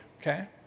okay